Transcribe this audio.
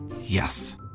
Yes